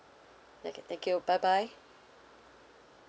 okay thank you bye bye